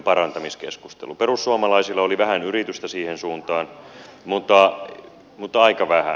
perussuomalaisilla oli vähän yritystä siihen suuntaan mutta aika vähän